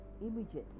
immediately